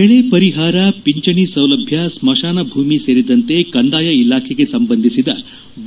ಬೆಳೆ ಪರಿಪಾರ ಪಿಂಚಣಿ ಸೌಲಭ್ಯ ಸ್ಥಶಾನ ಭೂಮಿ ಸೇರಿದಂತೆ ಕಂದಾಯ ಇಲಾಖೆಗೆ ಸಂಬಂಧಿಸಿದ